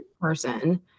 person